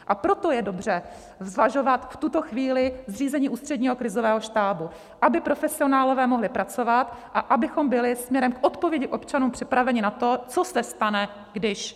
A proto je dobře zvažovat v tuto chvíli zřízení Ústředního krizového štábu, aby profesionálové mohli pracovat a abychom byli směrem k odpovědi občanům připraveni na to, co se stane když...